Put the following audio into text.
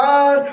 God